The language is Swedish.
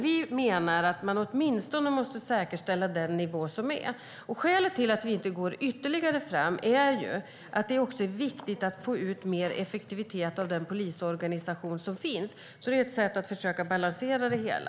Vi menar att man åtminstone måste säkerställa den nivå som är nu. Vi går inte fram med ytterligare satsningar på grund av att det också är viktigt att få ut mer effektivitet av den polisorganisation som finns. Det är ett sätt att försöka balansera det hela.